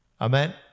Amen